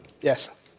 Yes